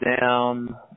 down